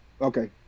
Okay